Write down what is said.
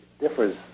differs